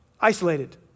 isolated